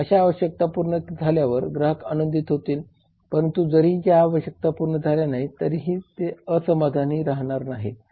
अशा आवश्यकता पूर्ण झाल्यावर ग्राहक आनंदित होतील परंतु जरीही या आवश्यकता पूर्ण झाल्या नाहीत तरही ते असमाधानी राहणार नाहीत